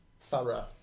thorough